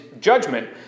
judgment